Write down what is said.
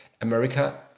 America